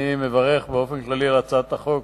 אני מברך באופן כללי על הצעת החוק,